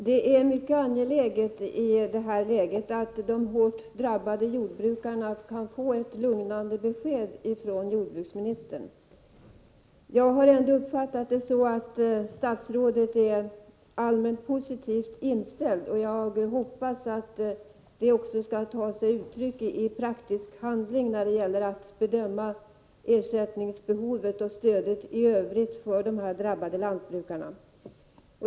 Herr talman! Det är i detta läge mycket angeläget att de hårt drabbade jordbrukarna kan få ett lugnande besked från jordbruksministern. Jag har uppfattat statsrådet så att han är allmänt positivt inställd, och jag hoppas att detta också skall ta sig uttryck i praktisk handling när det gäller att bedöma ersättningsbehovet för och stödet i övrigt till de drabbade lantbrukarna.